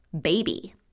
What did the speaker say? baby